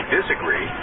Disagree